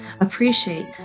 appreciate